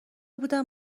بودم